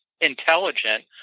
intelligent